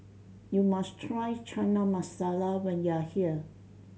you must try Chana Masala when you are here